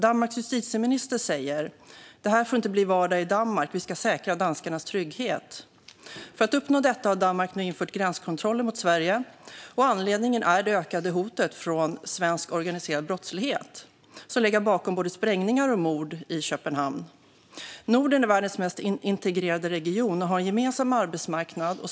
Danmarks justitieminister säger: "Det här får inte bli vardag i Danmark. Vi ska säkra danskarnas trygghet." För att uppnå detta har Danmark nu infört gränskontroller mot Sverige. Anledningen är det ökade hotet från svensk organiserad brottslighet som legat bakom både sprängningar och mord i Köpenhamn. Norden är världens mest integrerade region och har en gemensam arbetsmarknad.